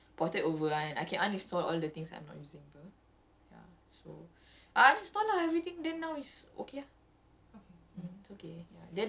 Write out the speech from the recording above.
because actually phone ni tak rosak ya it's just and after I bought it over I I can uninstall all the things I'm not using ya so